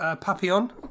Papillon